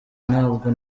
ntabwo